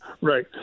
Right